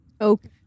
Okay